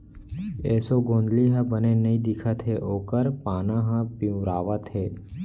एसों गोंदली ह बने नइ दिखत हे ओकर पाना ह पिंवरावत हे